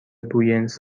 بوینس